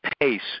pace